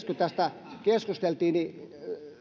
kun tästä keskusteltiin viidestoista kymmenettä viimeksi niin